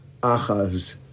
Achaz